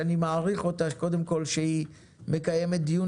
שאני מעריך אותה קודם כל שהיא מקיימת דיון